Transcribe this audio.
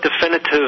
definitive